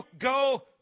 go